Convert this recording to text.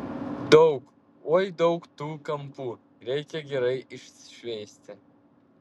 daug oi daug tų kampų reikia gerai iššveisti